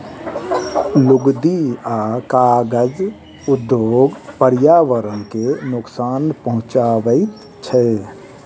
लुगदी आ कागज उद्योग पर्यावरण के नोकसान पहुँचाबैत छै